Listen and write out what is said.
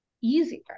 easier